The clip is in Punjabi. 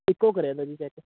ਇੱਕੋ ਕਰਿਆ ਤਾ ਜੀ ਚੈੱਕ